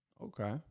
Okay